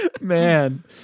man